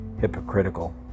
hypocritical